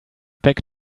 back